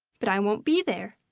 but i won't be there!